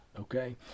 okay